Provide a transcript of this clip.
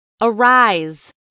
Arise